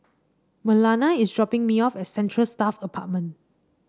Marlana is dropping me off at Central Staff Apartment